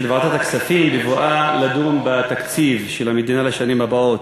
של ועדת הכספים בבואה לדון בתקציב של המדינה לשנים הבאות.